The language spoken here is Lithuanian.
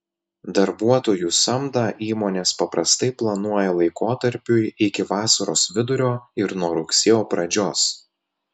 darbuotojų samdą įmonės paprastai planuoja laikotarpiui iki vasaros vidurio ir nuo rugsėjo pradžios